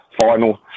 final